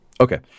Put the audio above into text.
Okay